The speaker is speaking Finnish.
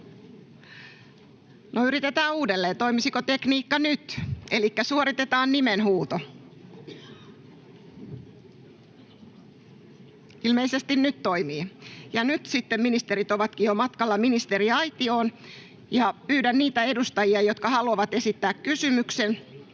yritetään uudelleen. Toimisiko tekniikka nyt? Elikkä suoritetaan nimenhuuto. Ilmeisesti nyt toimii. Ja nyt ministerit ovatkin matkalla ministeriaitioon. Pyydän niitä edustajia, jotka haluavat esittää kysymyksen